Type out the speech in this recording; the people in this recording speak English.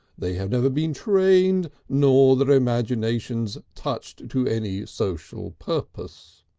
they have never been trained nor their imaginations touched to any social purpose.